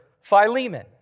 Philemon